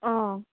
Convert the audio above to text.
ꯑꯥ